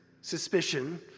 suspicion